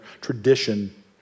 tradition